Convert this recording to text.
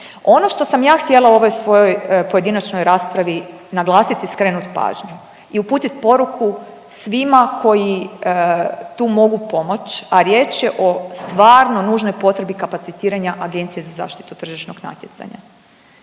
Ono što sam ja htjela u ovoj svojoj pojedinačnoj raspravi naglasit i skrenut pažnju i uputit poruku svima koji tu mogu pomoć, a riječ je o stvarno nužnoj potrebi kapacitiranja Agencije za zaštitu tržišnog natjecanja,